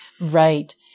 Right